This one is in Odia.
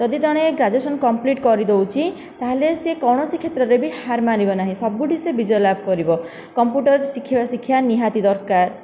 ଯଦି ଜଣେ ଗ୍ରାଜୁଏସନ କମ୍ପ୍ଲିଟ କରିଦେଉଛି ତାହେଲେ ସେ କୌଣସି କ୍ଷେତ୍ରରେ ବି ହାର ମାନିବ ନାହିଁ ସବୁଠି ସେ ବିଜୟ ଲାଭ କରିବ କମ୍ପ୍ୟୁଟର ଶିଖିବା ଶିକ୍ଷା ନିହାତି ଦରକାର